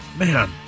Man